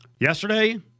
Yesterday